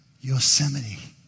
Yosemite